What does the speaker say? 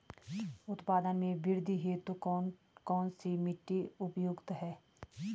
उत्पादन में वृद्धि हेतु कौन सी मिट्टी उपयुक्त है?